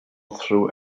through